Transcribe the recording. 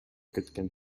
кеткен